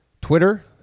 Twitter